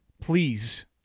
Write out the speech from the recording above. please